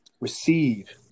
receive